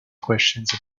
questions